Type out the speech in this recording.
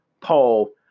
Paul